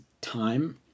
time